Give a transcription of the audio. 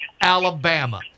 Alabama